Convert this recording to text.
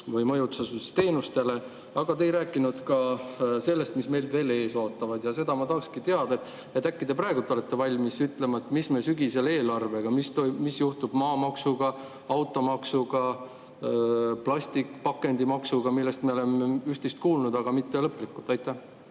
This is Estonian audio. või majutusasutustele. Te ei rääkinud ka sellest, mis meid veel ees ootab. Seda ma tahakski teada: äkki te praegu olete valmis ütlema, mis hakkab sügisel eelarvega toimuma. Mis juhtub maamaksuga, automaksuga, plastikpakendimaksuga? Nendest me oleme üht-teist kuulnud, aga mitte lõplikult. Aitäh!